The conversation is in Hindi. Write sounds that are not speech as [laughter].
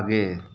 [unintelligible]